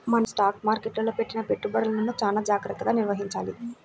మనం స్టాక్ మార్కెట్టులో పెట్టిన పెట్టుబడులను చానా జాగర్తగా నిర్వహించాలి